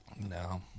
No